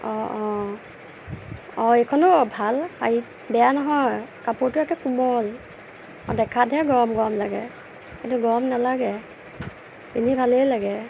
অঁ অঁ অঁ এইখনো ভাল শাড়ী বেয়া নহয় কাপোৰটো একে কোমল দেখাতহে গৰম গৰম লাগে কিন্তু গৰম নেলাগে পিন্ধি ভালেই লাগে